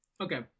Okay